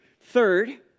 Third